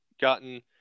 gotten –